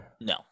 No